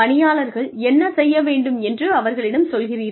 பணியாளர்கள் என்ன செய்ய வேண்டும் என்று அவர்களிடம் சொல்கிறீர்கள்